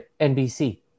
nbc